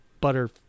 butter